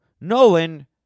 Nolan